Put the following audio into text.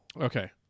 Okay